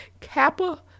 Kappa